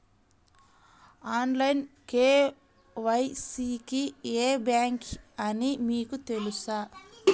Online KYC కి ఏ bank అని మీకు తెలుసా?